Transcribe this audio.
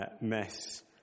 mess